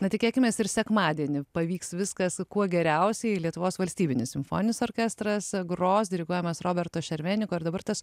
na tikėkimės ir sekmadienį pavyks viskas kuo geriausiai lietuvos valstybinis simfoninis orkestras gros diriguojamas roberto šerveniko ir dabar tas